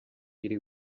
iri